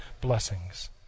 blessings